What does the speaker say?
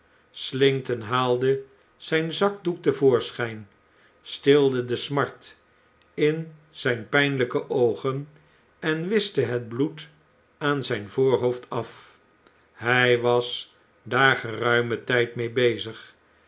slinkton haalde zgn zakdoek te voorschp stilde de smart in zijn pijnlijke oogen en wischte het bloed aan zijn voorhoofd af hy was daar geruimentud mede bezig